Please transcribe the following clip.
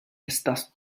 estas